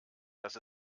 dass